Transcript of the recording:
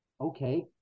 okay